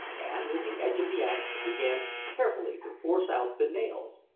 and with the edge of the axe began carefully to force out the nails.